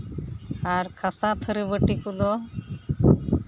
ᱟᱨ ᱠᱟᱸᱥᱟ ᱛᱷᱟᱹᱨᱤ ᱵᱟᱹᱴᱤ ᱠᱚᱫᱚ